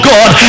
God